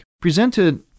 presented